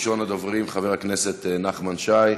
ראשון הדוברים, חבר הכנסת נחמן שי.